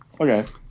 Okay